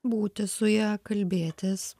būti su ja kalbėtis